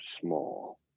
small